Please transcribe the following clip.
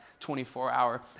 24-hour